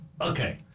Okay